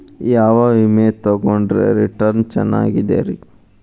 ಯಾವ ವಿಮೆ ತೊಗೊಂಡ್ರ ರಿಟರ್ನ್ ಚೆನ್ನಾಗಿದೆರಿ?